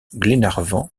glenarvan